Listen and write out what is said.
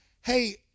Hey